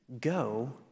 go